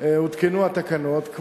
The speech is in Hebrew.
עודכנו התקנות,